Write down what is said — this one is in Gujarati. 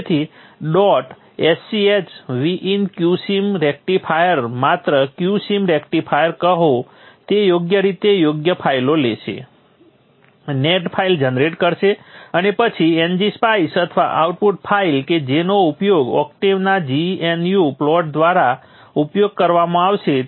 તેથી dot sch Vin q sim rectifier માત્ર q સિમ રેક્ટિફાયર કહો તે યોગ્ય રીતે યોગ્ય ફાઇલો લેશે નેટ ફાઇલ જનરેટ કરશે અને પછી ng સ્પાઇસ અથવા આઉટપુટ ફાઇલ કે જેનો ઉપયોગ Octave ના gnu પ્લોટ દ્વારા ઉપયોગ કરવામાં આવશે